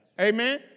Amen